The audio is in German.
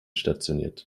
stationiert